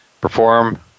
perform